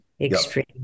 extreme